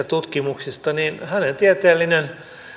tutkimuksista hänen tieteellinen